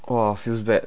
!wah! feels bad